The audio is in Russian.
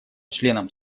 членам